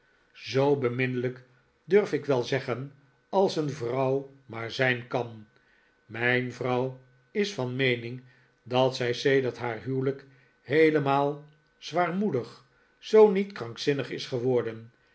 zoo beminnelijk durf ik wel zeggen als een vrouw maar zijn kan mijn vrouw is van meening dat zij sedert haar huwelijk heelemaal zwaarmoedig zoo niet krankzinnig is geworden